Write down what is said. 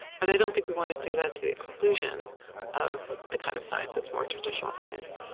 but i don't think we want to do that to the exclusion of the kind of science that's more traditional science